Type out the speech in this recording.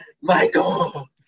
michael